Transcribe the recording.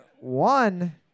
one